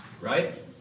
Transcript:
Right